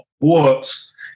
whoops